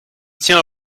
tiens